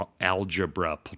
algebra